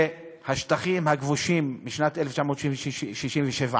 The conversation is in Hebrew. שהשטחים הכבושים משנת 1967,